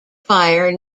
fire